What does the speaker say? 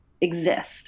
exist